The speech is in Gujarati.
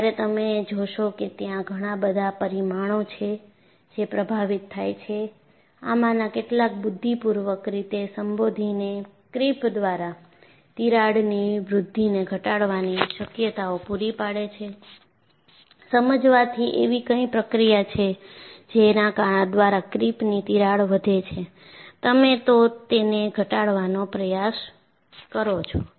જ્યારે તમે જોશો કે ત્યાં ઘણા બધા પરિમાણો છે જે પ્રભાવિત થાય છે આમાંના કેટલાક બુદ્ધિપૂર્વક રીતે સંબોધીને ક્રીપ દ્વારા તિરાડની વૃદ્ધિને ઘટાડવાની શક્યતાઓ પૂરી પાડે છે સમજવાથી એવી કઈ પ્રક્રિયા છે જેના દ્વારા ક્રીપની તિરાડ વધે છે તમે તો તેને ઘટાડવાનો પ્રયાસ કરો છો